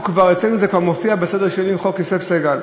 אצלנו זה כבר מופיע בסדר-היום שלי כחוק יוסף סגל,